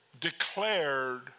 declared